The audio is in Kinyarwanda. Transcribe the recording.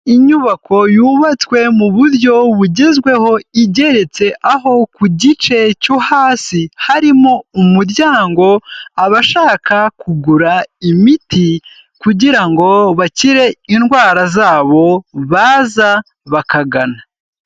Inyubako yubatswe mu buryo bugezweho igeretse, aho ku gice cyo hasi, harimo umuryango, abashaka kugura imiti, kugira ngo bakire indwara zabo, baza bakagana.